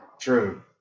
True